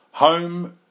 Home